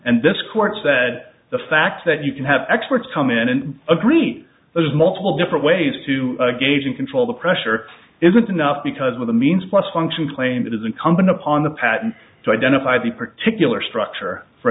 and this court said the fact that you can have experts come in and agree there's multiple different ways to gauge and control the pressure isn't enough because of the means plus function claims it is incumbent upon the patent to identify the particular structure for